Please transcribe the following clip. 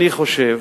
אני חושב